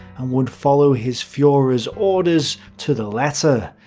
and would follow his fuhrer's orders to the letter.